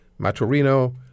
Maturino